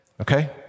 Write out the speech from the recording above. okay